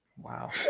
Wow